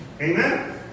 Amen